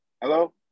Hello